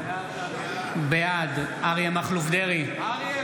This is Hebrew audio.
בעד אריה מכלוף דרעי,